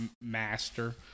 master